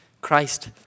Christ